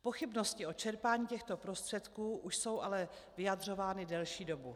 Pochybnosti o čerpání těchto prostředků už jsou ale vyjadřovány delší dobu.